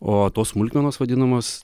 o tos smulkmenos vadinamos